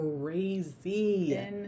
crazy